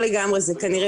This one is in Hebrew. הכול.